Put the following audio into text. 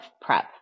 prep